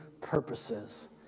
purposes